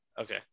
Okay